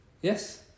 yes